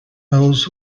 mills